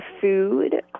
food